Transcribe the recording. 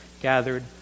gathered